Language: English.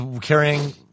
carrying